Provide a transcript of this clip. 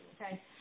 okay